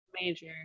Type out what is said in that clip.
major